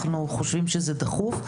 אנחנו חושבים שזה דחוף.